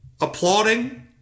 Applauding